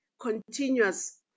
continuous